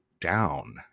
down